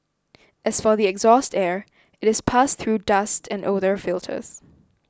as for the exhaust air it is passed through dust and odour filters